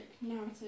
narrative